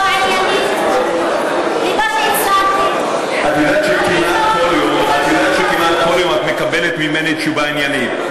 ממך תשובה עניינית את יודעת שכמעט כל יום את מקבלת ממני תשובה עניינית,